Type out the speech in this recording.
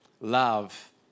love